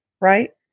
right